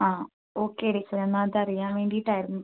ആ ഓക്കെ ടീച്ചറേ എന്ന അത് അറിയാൻ വേണ്ടിയിട്ടായിരുന്നു